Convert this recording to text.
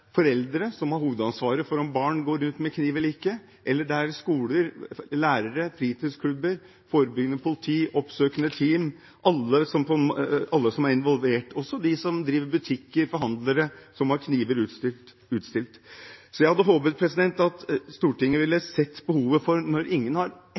foreldre, som har hovedansvaret for om barn går rundt med kniv eller ikke, eller det er skoler, lærere, fritidsklubber, forebyggende politi, oppsøkende team – alle som er involvert, også de som driver butikker, forhandlere, som har kniver utstilt. Jeg hadde håpet at Stortinget ville sett behovet – når ingen har